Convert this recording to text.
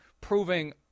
proving